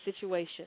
situation